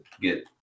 get